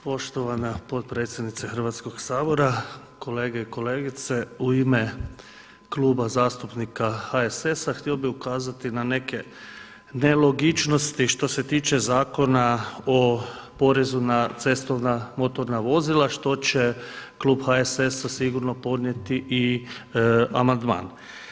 Poštovana potpredsjednice Hrvatskog sabora, kolege i kolegice, u ime kluba zastupnika HSS-a htio bih ukazati na neke nelogičnosti što se tiče Zakona o porezu na cestovna motorna vozila, što će Klub HSS-a sigurno podnijeti i amandman.